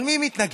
אבל מי מתנגד,